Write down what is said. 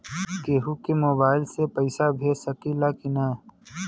केहू के मोवाईल से भी पैसा भेज सकीला की ना?